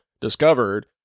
discovered